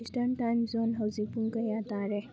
eastern time zone ꯍꯧꯖꯤꯛ ꯄꯨꯡ ꯀꯌꯥ ꯇꯥꯔꯦ